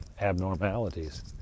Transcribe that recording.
abnormalities